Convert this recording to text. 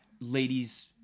ladies